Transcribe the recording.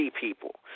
people